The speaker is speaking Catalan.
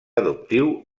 adoptiu